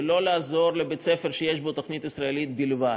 ולא לעזור לבית-ספר שיש בו תוכנית ישראלית בלבד.